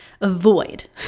Avoid